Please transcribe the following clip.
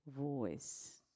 voice